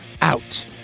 out